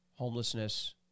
homelessness